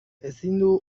ezindu